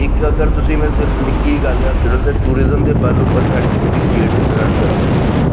इक अगर में तुसें गी सिर्फ निक्की जेही गल्ल आक्खी ओड़ङ जे टूरीजम दे बल उप्पर साढ़ी पूरी स्टेट रण करा दी